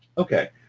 okay.